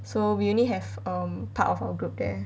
so we only have um part of our group there